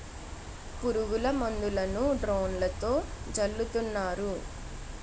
పురుగుల మందులను డ్రోన్లతో జల్లుతున్నారు